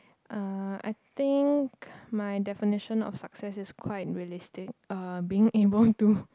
uh I think my definition of success is quite realistic uh being able to